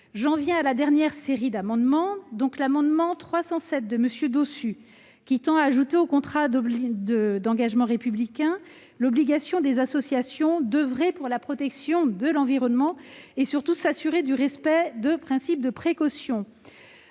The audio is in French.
J'en viens à la dernière série d'amendements. L'amendement n° 307 de M. Dossus tend à intégrer dans le contrat d'engagement républicain l'obligation pour les associations d'oeuvrer pour la protection de l'environnement et, surtout, de s'assurer du respect du principe de précaution.